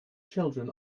children